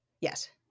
Yes